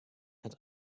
and